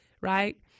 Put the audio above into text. right